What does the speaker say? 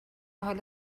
حالا